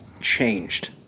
changed